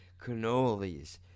cannolis